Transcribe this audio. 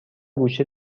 گوشه